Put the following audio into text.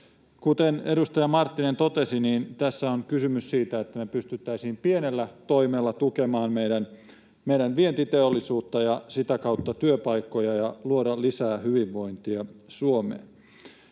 Kuten edustaja Marttinen totesi, tässä on kysymys siitä, että me pystyisimme pienellä toimella tukemaan meidän vientiteollisuuttamme — ja sitä kautta työpaikkoja — ja luomaan lisää hyvinvointia Suomeen.